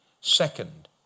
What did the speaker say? Second